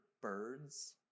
birds